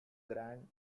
grand